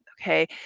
okay